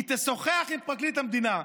היא תשוחח עם פרקליט המדינה.